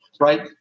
Right